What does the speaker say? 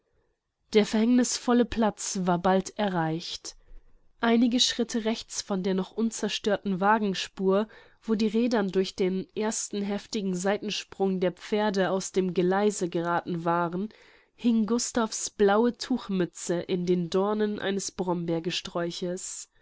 der verhängnißvolle platz war bald erreicht einige schritte rechts von der noch unzerstörten wagenspur wo die räder durch den ersten heftigen seitensprung der pferde aus dem geleise gerathen waren hing gustav's blaue tuchmütze in den dornen eines brombeergesträuches